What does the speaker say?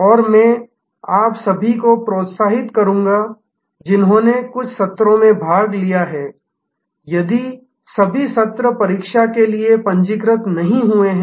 और मैं आप सभी को प्रोत्साहित करूँगा जिन्होंने कुछ सत्रों में भाग लिया है यदि सभी सत्र परीक्षा के लिए पंजीकृत नहीं हुए हैं